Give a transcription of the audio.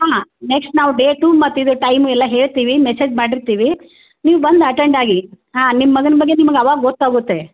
ಹಾಂ ನೆಕ್ಸ್ಟ್ ನಾವು ಡೇಟು ಮತ್ತೆ ಇದು ಟೈಮು ಎಲ್ಲ ಹೇಳ್ತೀವಿ ಮೆಸೇಜ್ ಮಾಡಿರ್ತೀವಿ ನೀವು ಬಂದು ಅಟೆಂಡ್ ಆಗಿ ಹಾಂ ನಿಮ್ಮ ಮಗನ ಬಗ್ಗೆ ನಿಮ್ಗೆ ಅವಾಗ ಗೊತ್ತಾಗುತ್ತೆ